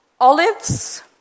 Olives